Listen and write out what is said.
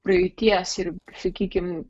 praeities ir sakykim